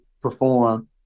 perform